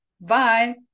bye